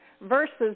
Versus